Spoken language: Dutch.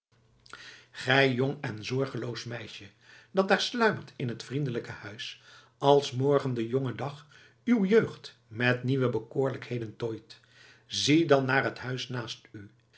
gij jong en zorgeloos meisje dat daar sluimert in het vriendelijke huis als morgen de jonge dag uw jeugd met nieuwe bekoorlijkheden tooit zie dan naar het huis naast u